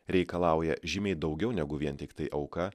reikalauja žymiai daugiau negu vien tiktai auka